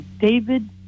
David